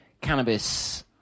cannabis